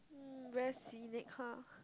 mm very scenic ha